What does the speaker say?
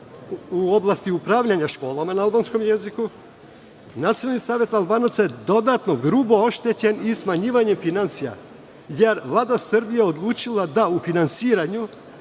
u oblasti upravljanja školama na albanskom jeziku, Nacionalni savet Albanaca je dodatno grubo oštećen i smanjivanjem finansija, jer Vlada Srbije je odlučila da u finansiranju